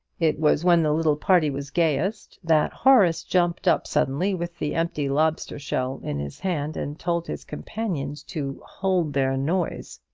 it was when the little party was gayest that horace jumped up suddenly with the empty lobster-shell in his hand, and told his companions to hold their noise.